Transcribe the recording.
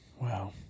Wow